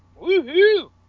Woohoo